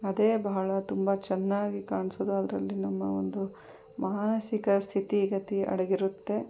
ಅದೇ ಬಹಳ ತುಂಬ ಚೆನ್ನಾಗಿ ಕಾಣಿಸೋದು ಅದರಲ್ಲಿ ನಮ್ಮ ಒಂದು ಮಾನಸಿಕ ಸ್ಥಿತಿಗತಿ ಅಡಗಿರುತ್ತೆ